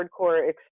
hardcore